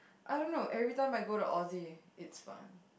I don't know every time I go to Aussie it's fun